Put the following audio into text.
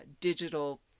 digital